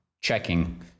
checking